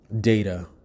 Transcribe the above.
data